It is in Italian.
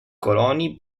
coloni